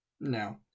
No